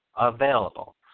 available